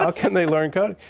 ah can they learn coding?